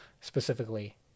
specifically